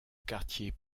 quartier